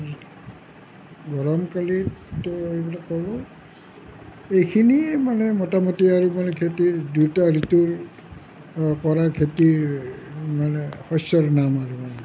গৰমকালিততো এইবিলাক আৰু এইখিনিয়ে মানে মোটামুটি আৰু মানে খেতিৰ দুয়োটা ঋতুৰ কৰাৰ খেতি মানে শস্যৰ নাম আৰু মানে